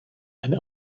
and